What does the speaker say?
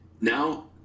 Now